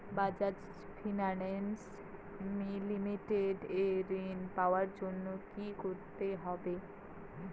Bajaj finance limited এ ঋন পাওয়ার জন্য কি করতে হবে?